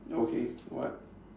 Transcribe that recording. okay what